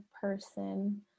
person